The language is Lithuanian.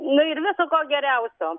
nu ir viso ko geriausio